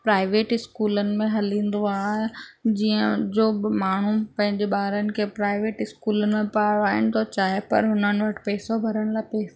private स्कूलनि में हलंदो आहे जीअं जो बि माण्हू पंहिंजे ॿारनि खे प्राइवेट स्कूलनि में पढ़ाइणु थो चाहे पर हुननि वटि पैसो भरण लाइ पैसो